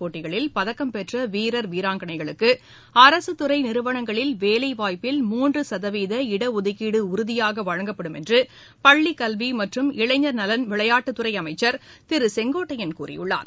போட்டிகளில் பதக்கம் பெற்றவீரர் வீராங்கனைகளுக்குஅரசுத்துறைநிறுவனங்களில் வேலைவாய்ப்பில் மூன்றுசதவீத இடஒதுக்கீடுஉறதியாகவழங்கப்படும் என்றுபள்ளிக்கல்விமற்றும் இளைஞர் நலன் விளையாட்டுத்துறைஅமைச்சர் திருசெங்கோட்டையன் கூறியுள்ளார்